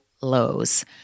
lows